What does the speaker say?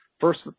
First